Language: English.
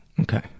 Okay